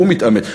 הוא מתאמץ,